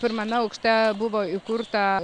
pirmame aukšte buvo įkurta